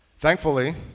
Thankfully